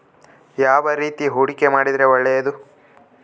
ಯಾವ ರೇತಿ ಹೂಡಿಕೆ ಮಾಡಿದ್ರೆ ಒಳ್ಳೆಯದು?